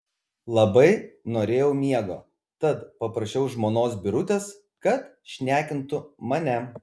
labai norėjau miego tad paprašiau žmonos birutės kad šnekintų mane